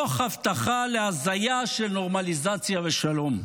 תוך הבטחה להזיה של נורמליזציה ושלום.